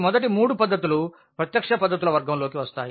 మొదటి మూడు పద్ధతులు ప్రత్యక్ష పద్ధతుల వర్గంలోకి వస్తాయి